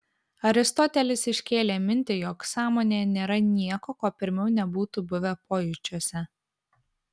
aristotelis iškėlė mintį jog sąmonėje nėra nieko ko pirmiau nebūtų buvę pojūčiuose